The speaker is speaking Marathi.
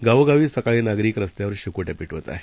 गावोगावी सकाळी नागरिक रस्त्यावर शेकोट्या पेटवत आहेत